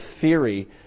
theory